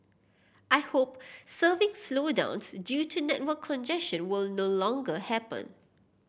I hope surfing slowdowns due to network congestion will no longer happen